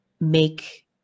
make